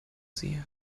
sie